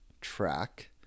track